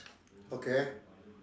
okay